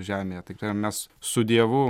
žemėje tai kada mes su dievu